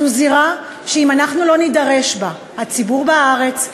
זו זירה שאם אנחנו לא נידרש לה הציבור בארץ,